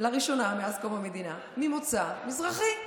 לראשונה מאז קום המדינה, ממוצא מזרחי,